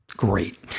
Great